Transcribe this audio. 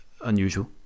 unusual